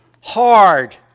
hard